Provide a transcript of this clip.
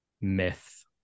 myth